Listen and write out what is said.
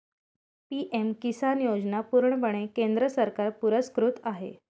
PM Kisan योजना पूर्णपणे केंद्र सरकार पुरस्कृत आहे